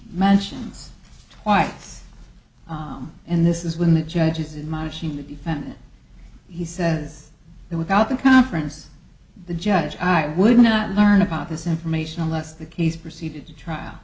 mentions twice and this is when the judge is in my machine the defendant he says that without the conference the judge would not learn about this information unless the case proceeded to trial